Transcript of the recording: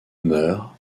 meurt